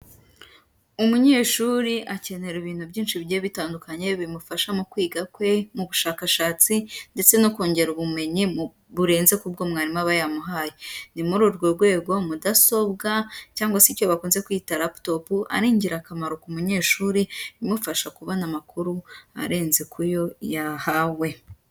Umunyeshuri akenera ibintu byinshi bigiye bitandukanye bimufasha mu kwiga kwe, mu bushakashatsi ndetse no kongera ubumenyi burenze ku bwo mwarimu aba yamuhaye, ni muri urwo rwego mudasobwa cyangwa se icyo bakunze kwita laputopu, ari ingirakamaro ku munyeshuri imufasha kubona amakuru arenze ku yo yahawe.